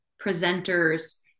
presenters